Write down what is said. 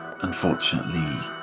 unfortunately